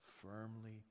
firmly